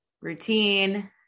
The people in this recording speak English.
routine